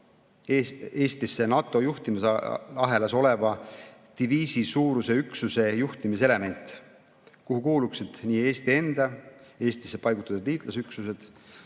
Eestisse NATO juhtimisahelas oleva diviisisuuruse üksuse juhtimiselement, kuhu kuuluksid nii Eesti enda kui ka Eestisse paigutatud liitlasüksused,